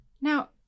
Now